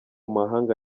mahanga